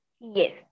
Yes